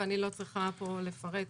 ואני לא צריכה לפרט פה.